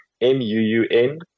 m-u-u-n